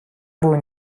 было